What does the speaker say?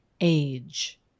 age